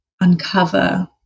uncover